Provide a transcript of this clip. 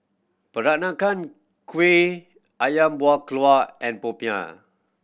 Peranakan Kueh Ayam Buah Keluak and popiah